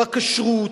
בכשרות,